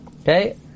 Okay